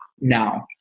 now